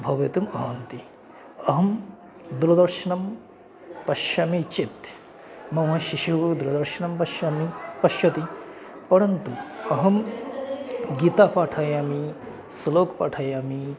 भवितुम् अर्हन्ति अहं दूरदर्शनं पश्यामि चेत् मम शिशुः दूरदर्शनं पश्यामि पश्यति परन्तु अहं गीता पाठयामि श्लोकं पाठयामि